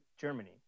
Germany